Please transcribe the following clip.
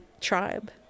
tribe